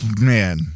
man